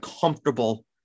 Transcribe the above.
comfortable